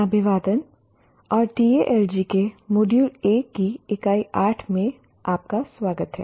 अभिवादन और TALG के मॉड्यूल 1 की इकाई 8 में आपका स्वागत है